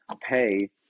pay